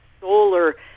solar